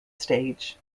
stage